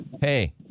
Hey